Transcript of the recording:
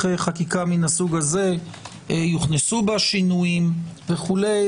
חקיקה מסוג זה יוכנסו בה שינויים וכו',